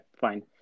fine